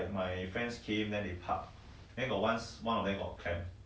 close one eye lah makes your life easier and happier also